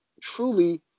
truly